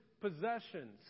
possessions